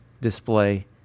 display